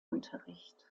unterricht